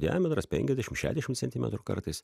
diametras penkiadešim šešiadešim centimetrų kartais